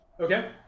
Okay